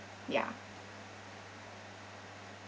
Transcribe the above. ya